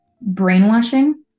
brainwashing